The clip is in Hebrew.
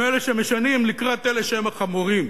הם אלה שמשנים לקראת אלה שהם החמורים.